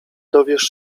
dowiesz